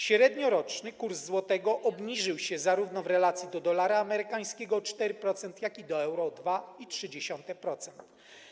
Średnioroczny kurs złotego obniżył się zarówno w relacji do dolara amerykańskiego - o 4%, jak i do euro - o 2,3%.